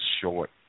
short